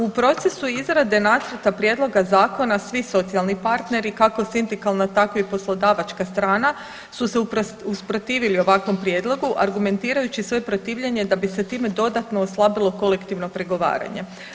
U procesu izrade nacrta prijedloga zakona svi socijalni partneri, kako sindikalna tako i poslodavačka strana su se usprotivili ovakvom prijedlogu argumentirajući svoje protivljenje da bi se time dodatno oslabilo kolektivno pregovaranje.